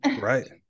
Right